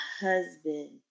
husband